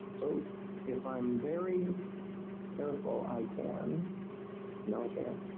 so if i'm very careful i can no i can't.